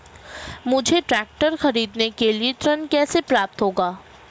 मुझे ट्रैक्टर खरीदने के लिए ऋण कैसे प्राप्त होगा?